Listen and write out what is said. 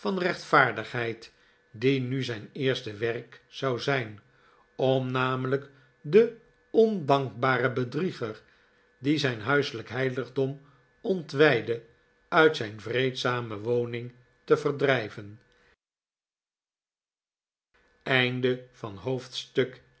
rechtvaardigheid die nu zijn eerste werk zou zijr cm namelijk den ondankbaren bedrieger die zijn huiselijk heiligdom ontwijdde uit zijn vreedzame woning te verdrijven